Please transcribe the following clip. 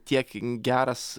tiek geras